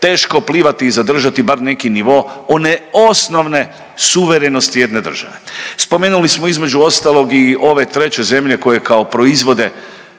teško plivati i zadržati bar neki nivo one osnovne suverenosti jedne države. Spomenuli smo između ostalog i ove treće zemlje koje kao proizvode